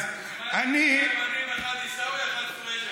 שני בנים, אחד עיסאווי, אחד פריג'י.